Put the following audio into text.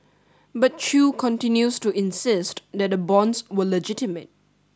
but Chew continues to insist that the bonds were legitimate